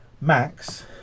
Max